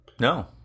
No